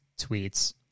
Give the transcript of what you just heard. tweets